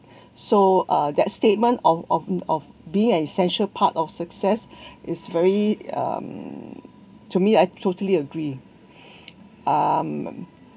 so uh that statement of of of being an essential part of success is very um to me I totally agree um